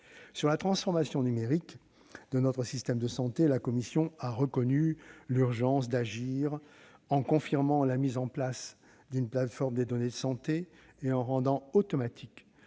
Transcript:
Sur la transformation numérique de notre système de santé, la commission a reconnu l'urgence d'agir en confirmant la mise en place d'une plateforme des données de santé et en rendant automatique